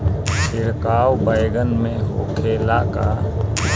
छिड़काव बैगन में होखे ला का?